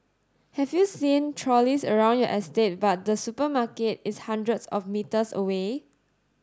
have you seen trolleys around your estate but the supermarket is hundreds of metres away